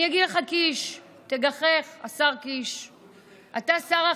אני אגיד לך, קיש, תגחך, השר קיש.